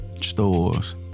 stores